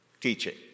teaching